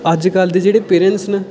अजकल दे जेह्ड़े पेरैंट्स न